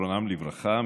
זיכרונם לברכה,